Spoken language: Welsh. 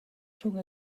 rhwng